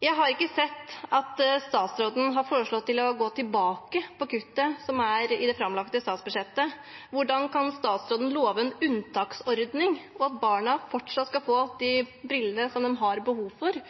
Jeg har ikke sett at statsråden har foreslått å gå tilbake på kuttet som er i det framlagte statsbudsjettet. Hvordan kan statsråden love en unntaksordning, og at barna fortsatt skal få de brillene som de har behov for,